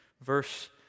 Verse